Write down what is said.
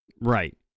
right